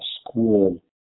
school